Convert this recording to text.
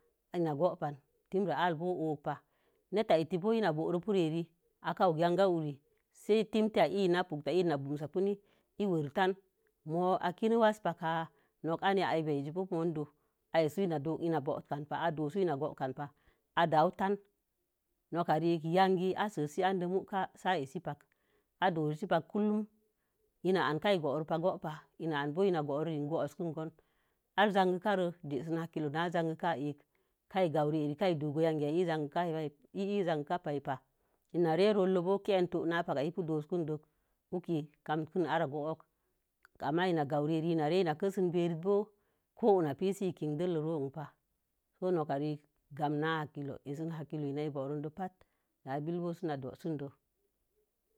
I na wo̍upan timra'abo̱o̱ o'oki pa'a natə itə bo̱o̱ na booron korea'a ren. Ako o'oki yangawure sin tinti ê na pukətə na bo̱o̱səpu nin i werətə. moo a kən waiz pakai. Nok ai ya, ahir ba'i bo̱o̱pi mo̱o̱ dai anesa̱ in bo̱o̱wukan paha. A doowusu ina bo'o kan pa. Ada'wuwu tə nok kare yangi asəsi an dei mukan si asiəpa. Adoorere paka kunum. i na'a kai bo̱o̱ro pa anin go'o go̱o̱pa. anboo ina bo̱o̱ro go̱o̱wupa. Arēē zagikaree genin rakika inki ka'a gawu'u re pa. Kaido'awugo zankika. in zarkikapa. ln re ro̱o̱lon bo̱o̱ kenin o'owu naina i pi do̱o̱gun do guki kamgin are go̱o̱wuko. Ama ina are na kəsi ba'ar bo̱o̱. kowu napi sə t kin dəllək npa sə nokarik kami n hakilo. desə haki lo n inibo̱o̱ron n billək sə nə do̱wusun də.